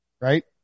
right